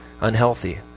unhealthy